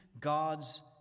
God's